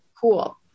Cool